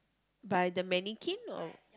by the mannequin or